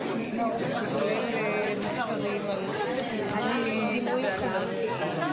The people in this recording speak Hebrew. מפצירה בבעלי התפקידים הבכירים לעמוד בלשון החוק של חוק הארכיונים.